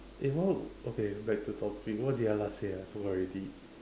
eh what okay back to topic what did I last say ah I forgot already